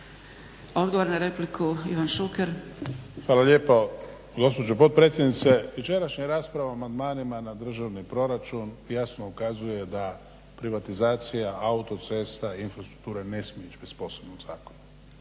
Odgovor na repliku, Ivan Šuker. **Šuker, Ivan (HDZ)** Hvala lijepa gospođo potpredsjednice. Večerašnja rasprava o amandmanima na državni proračun jasno ukazuje da privatizacija autocesta, infrastrukture ne smije ići bez posebnog zakona.